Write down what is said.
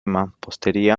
mampostería